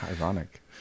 Ironic